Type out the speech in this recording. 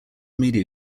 media